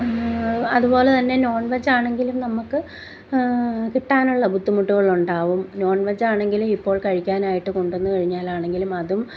അതുപോലെ തന്നെ നോൺവെജ് ആണെങ്കിലും നമ്മൾക്ക് കിട്ടാനുള്ള ബുദ്ധിമുട്ടുകളുണ്ടാവും നോൺവെജ് ആണെങ്കിൽ ഇപ്പോൾ കഴിക്കാനായിട്ട് കൊണ്ടു വന്നു കഴിഞ്ഞാൽ ആണെങ്കിലും അതും